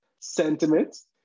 sentiments